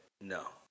No